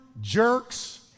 jerks